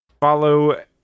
follow